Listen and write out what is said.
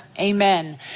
amen